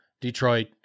Detroit